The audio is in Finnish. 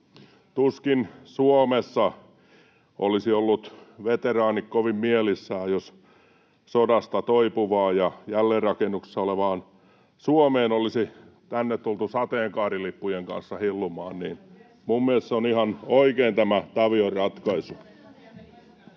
Tuskin Suomessa olisivat veteraanit olleet kovin mielissään, jos sodasta toipuvaan ja jälleenrakennuksessa olevaan Suomeen olisi tultu sateenkaarilippujen kanssa hillumaan. [Vasemmalta: Herranjestas!] Minun mielestäni on ihan oikein tämä Tavion ratkaisu.